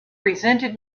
resented